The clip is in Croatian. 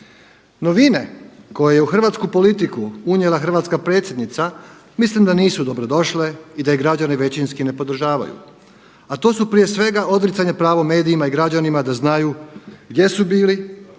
Novine koje je u hrvatsku politiku unijela hrvatska predsjednica mislim da nisu dobrodošle i da je građani većinski ne podržavaju, a to su prije svega odricanje pravo medijima i građanima da znaju gdje su bili,